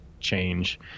change